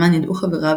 למען יידעו חבריו,